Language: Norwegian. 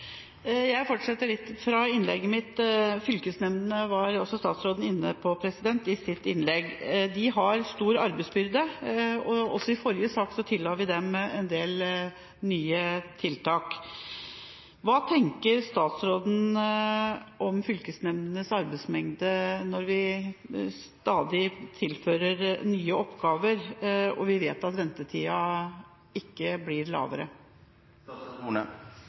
Jeg fortsetter litt fra innlegget mitt. Statsråden var inne på fylkesnemndene i sitt innlegg. De har en stor arbeidsbyrde, og også i forrige sak tilla vi dem en del nye oppgaver. Hva tenker statsråden om fylkesnemndenes arbeidsmengde når vi stadig tilfører nye oppgaver, og vi vet at ventetida ikke blir